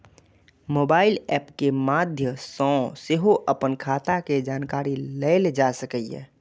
mobile app के माध्य सं सेहो अपन खाता के जानकारी लेल जा सकैए